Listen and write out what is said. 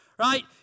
right